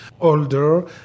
older